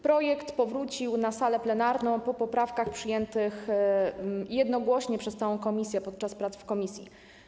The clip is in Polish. Projekt powrócił na salę plenarną po poprawkach przyjętych jednogłośnie przez całą komisję podczas prac w komisji.